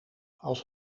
als